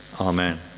Amen